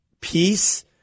peace